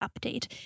update